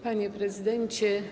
Panie Prezydencie!